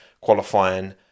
qualifying